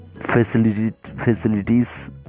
facilities